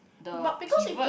the pivot